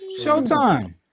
Showtime